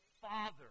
Father